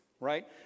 right